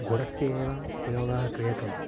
गुडस्य एव उपयोगः क्रियते